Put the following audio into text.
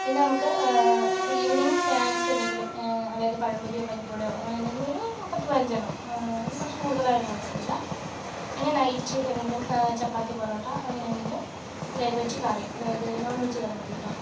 പിന്നെ നമുക്ക് evening snacks എന്തെങ്കിലും അതായത് പഴം പൊരിയോ പരിപ്പ് വടയോ അങ്ങനെ എന്തെങ്കിലും ഒരു പത്ത് പതിനഞ്ചണ്ണം അത് കുറച്ച് കൂടുതലായാലും കുഴപ്പമൊന്നും ഇല്ല പിന്നെ നൈറ്റ് എന്തെങ്കിലും ചപ്പാത്തി പൊറോട്ട അങ്ങനെ എന്തെങ്കിലും പിന്നെ അതിന് പറ്റിയ കറി അതായത് നോൺ വെജ്ജ് കറി മതി കെട്ടോ